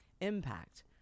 impact